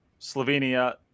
Slovenia